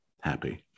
happy